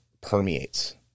permeates